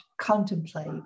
contemplate